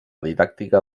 didàctica